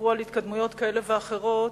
שסיפרו על התקדמויות כאלה ואחרות,